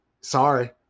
Sorry